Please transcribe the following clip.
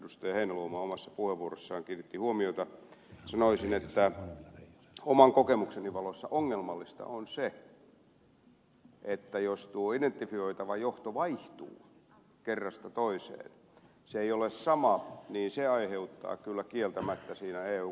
heinäluoma omassa puheenvuorossaan kiinnitti huomiota sanoisin että oman kokemukseni valossa ongelmallista on se että jos tuo identifioitava johto vaihtuu kerrasta toiseen se ei ole sama niin se aiheuttaa kyllä kieltämättä siinä eu kontekstissa ongelmia